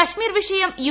കശ്മീർ വിഷയം യു